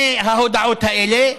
מההודעות האלה?